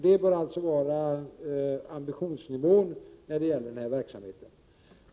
Det bör alltså vara ambitionsnivån när det gäller den här verksamheten.